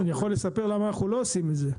אני יכול לספר למה אנחנו לא עושים את זה.